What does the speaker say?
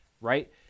right